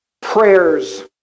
Prayers